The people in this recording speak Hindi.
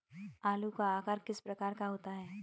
आलू का आकार किस प्रकार का होता है?